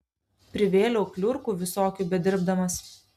privėliau kliurkų visokių bedirbdamas